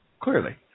Clearly